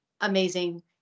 amazing